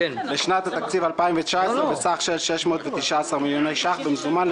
לשנת התקציב 2019 בסך של 619 מיליוני שקלים במזומן,